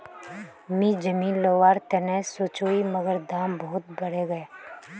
मी जमीन लोवर तने सोचौई मगर दाम बहुत बरेगये